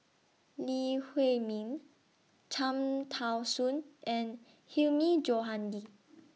Lee Huei Min Cham Tao Soon and Hilmi Johandi